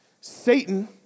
Satan